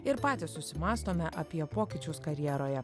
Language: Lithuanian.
ir patys susimąstome apie pokyčius karjeroje